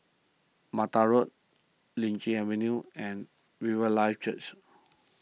Mattar Road Lichi Avenue and Riverlife Church